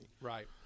Right